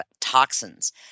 toxins